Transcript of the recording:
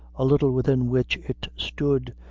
a little within which it stood,